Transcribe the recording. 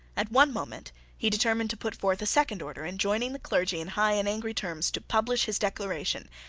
at one moment he determined to put forth a second order enjoining the clergy in high and angry terms to publish his declaration,